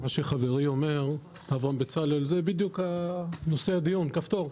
מה שחברי אומר אברהם בצלאל זה בדיוק נושא הדיון כפתור.